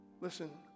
Listen